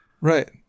Right